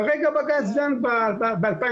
כרגע בג"צ דן ב-2017,